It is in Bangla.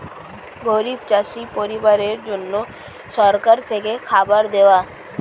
গরিব চাষি পরিবারের জন্য সরকার থেকে খাবার দেওয়া